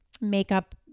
makeup